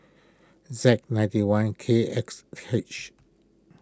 Z ninety one K X H